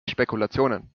spekulationen